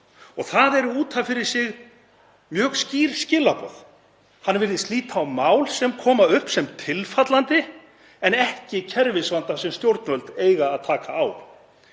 Það eru út af fyrir sig mjög skýr skilaboð. Hann virðist líta á mál sem koma upp sem tilfallandi en ekki kerfisvanda sem stjórnvöld eigi að taka á.